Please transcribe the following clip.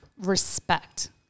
respect